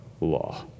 law